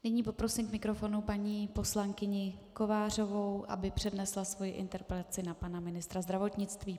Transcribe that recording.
Nyní poprosím k mikrofonu paní poslankyni Kovářovou, aby přednesla svoji interpelaci na pana ministra zdravotnictví.